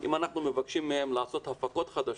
אם אנחנו מבקשים מהם לעשות הפקות חדשות,